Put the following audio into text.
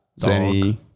Zenny